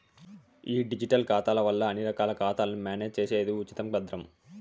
ఈ డిజిటల్ ఖాతాల వల్ల అన్ని రకాల ఖాతాలను మేనేజ్ చేసేది ఉచితం, భద్రం